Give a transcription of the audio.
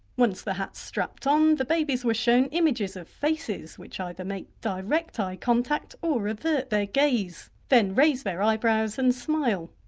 once the hat's strapped on, the babies were shown images of faces which either make direct eye contact or avert their gaze, then raise their eyebrows and smile.